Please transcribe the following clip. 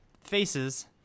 faces